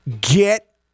get